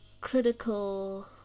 critical